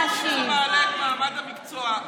אם השרה תסכים, בבקשה.